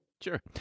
Sure